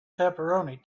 pepperoni